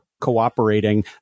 cooperating